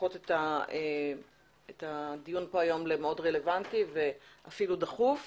שהופכות את הדיון כאן היום למאוד רלוונטי ואפילו דחוף.